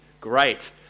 great